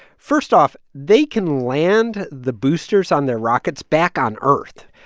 first off, they can land the boosters on their rockets back on earth.